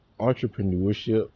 entrepreneurship